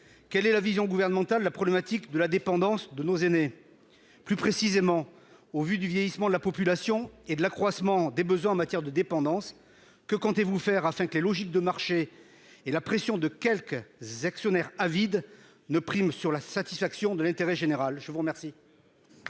quelle est la vision du Gouvernement s'agissant de la dépendance de nos aînés ? Plus précisément, au vu du vieillissement de la population et de l'accroissement des besoins en matière de dépendance, que comptez-vous faire afin d'empêcher que les logiques de marchés et la pression d'actionnaires avides ne l'emportent sur la satisfaction de l'intérêt général ? La parole